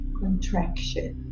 contraction